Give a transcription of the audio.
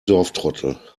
dorftrottel